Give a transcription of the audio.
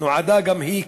נועדה גם היא,